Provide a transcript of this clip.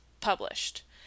published